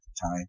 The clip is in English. time